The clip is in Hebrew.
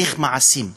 צריך מעשים.